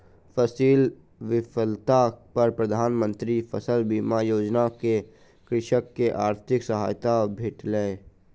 फसील विफलता पर प्रधान मंत्री फसल बीमा योजना सॅ कृषक के आर्थिक सहायता भेटलै